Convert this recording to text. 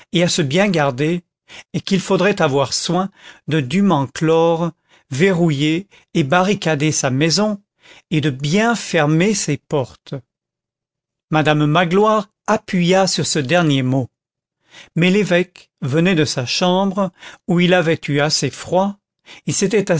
et à se bien garder et qu'il faudrait avoir soin de dûment clore verrouiller et barricader sa maison et de bien fermer ses portes madame magloire appuya sur ce dernier mot mais l'évêque venait de sa chambre où il avait eu assez froid il s'était